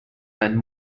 and